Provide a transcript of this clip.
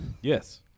Yes